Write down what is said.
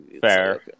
fair